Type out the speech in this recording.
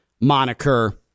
moniker